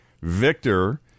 Victor